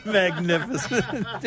magnificent